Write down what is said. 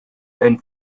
and